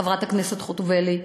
חברת הכנסת חוטובלי,